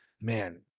Man